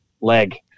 leg